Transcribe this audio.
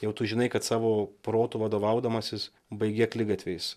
jau tu žinai kad savo protu vadovaudamasis baigi akligatviais